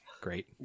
Great